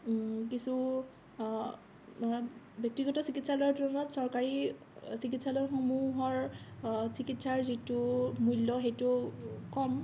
কিছু ব্যক্তিগত চিকিৎসালয়ৰ তুলনাত চৰকাৰী চিকিৎসালয়সমূহৰ চিকিৎসাৰ যিটো মূল্য সেইটো কম